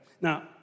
Now